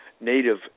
native